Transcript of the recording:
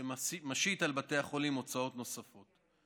שמשית על בתי החולים הוצאות נוספות.